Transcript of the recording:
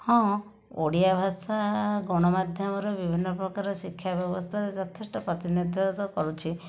ହଁ ଓଡ଼ିଆ ଭାଷା ଗଣମାଧ୍ୟମର ବିଭିନ୍ନ ପ୍ରକାର ଶିକ୍ଷା ବ୍ୟବସ୍ଥାର ଯଥେଷ୍ଟ ପ୍ରତିନିଧିତ୍ଵ କରୁଛି